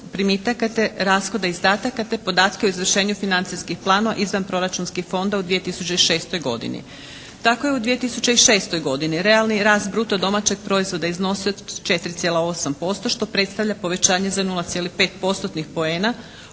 primitaka te rashoda i izdataka te podatke o izvršenju financijskih planova izvan proračunskih fondova u 2006. godini. Tako je u 2006. godini realni rast bruto domaćeg proizvoda iznosio 4,8% što predstavlja povećanje za 0,5%.-tnih